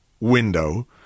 window